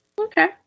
Okay